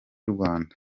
rwanda